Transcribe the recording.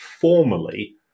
formally